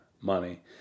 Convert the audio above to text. money